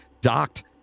docked